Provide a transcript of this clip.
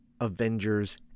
Avengers